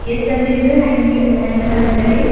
ಎಷ್ಟು ಅಂದ್ರೀ ಇದು ಹೇಗೆ ಹೆಂಗೆ ಡಝನ್ ಅಂದ್ರಿ